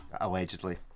allegedly